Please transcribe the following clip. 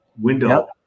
window